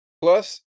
plus